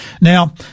Now